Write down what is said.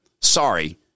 Sorry